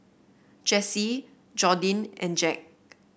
Jessee Jordyn and Jack